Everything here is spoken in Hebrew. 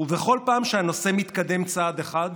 בכל פעם שהנושא מתקדם צעד אחד,